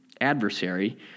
adversary